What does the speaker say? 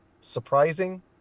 surprising